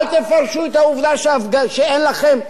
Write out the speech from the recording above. אל תפרשו את העובדה שאין לכם,